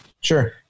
Sure